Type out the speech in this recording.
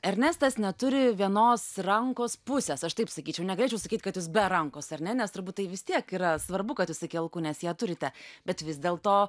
ernestas neturi vienos rankos pusės aš taip sakyčiau negalėčiau sakyt kad jūs be rankos ar ne nes turbūt tai vis tiek yra svarbu kad jūs iki alkūnės ją turite bet vis dėlto